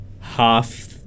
half